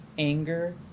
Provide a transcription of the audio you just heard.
anger